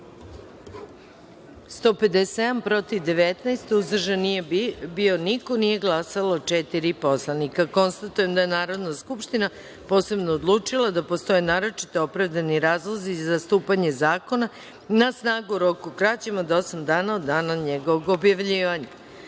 150, protiv – 25, uzdržanih – nema, nije glasalo sedam poslanika. Konstatujem da je Narodna skupština posebno odlučila da postoje naročito opravdani razlozi za stupanje zakona na snagu u roku kraćem od osam dana od dana njegovog objavljivanja. Pošto